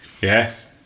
Yes